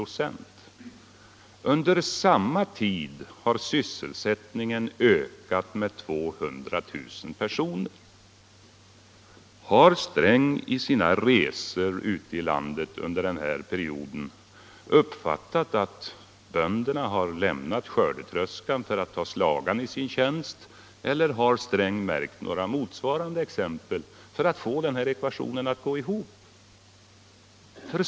Under samma tid har sysselsättningen ökat med 200 000 personer. Har herr Sträng under sina resor ute i landet under denna period uppfattat att bönderna har lämnat skördetröskorna för att ta slagan i sin tjänst, eller har herr Sträng märkt några andra, motsvarande förändringar som gör att den här ekvationen går ihop?